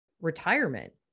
retirement